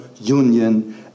union